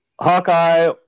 Hawkeye